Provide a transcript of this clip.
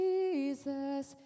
Jesus